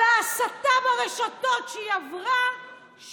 על ההסתה ברשתות שהיא עברה,